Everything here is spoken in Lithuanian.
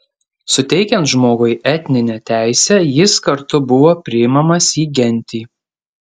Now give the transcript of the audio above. suteikiant žmogui etninę teisę jis kartu buvo priimamas į gentį